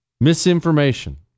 misinformation